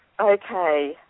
Okay